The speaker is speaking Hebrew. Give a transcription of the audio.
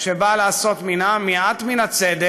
הצעת חוק שנועדה לעשות מעט מן הצדק,